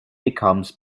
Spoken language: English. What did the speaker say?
becomes